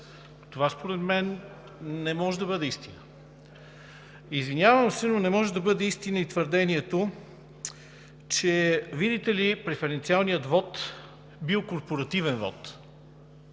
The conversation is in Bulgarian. Това според мен не може да бъде истина. Извинявам се, но не може да бъде истина и твърдението, че видите ли, преференциалният вот бил корпоративен вот,